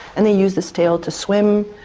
and they use this tail to swim,